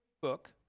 book